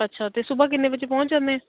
ਅੱਛਾ ਅਤੇ ਸੁਬਾਹ ਕਿੰਨੇ ਵਿੱਚ ਪਹੁੰਚ ਜਾਂਦੇ ਹਾਂ